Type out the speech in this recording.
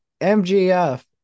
MGF